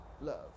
Love